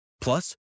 Plus